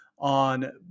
On